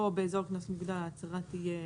עצירה באזור קנס מוגדל, הקנס יהיה